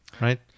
right